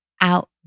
out